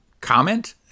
Comment